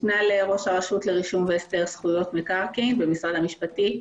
משנה לראש הרשות לרישום והסדר זכויות מקרקעין במשרד המשפטים.